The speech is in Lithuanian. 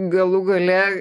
galų gale